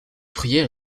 prière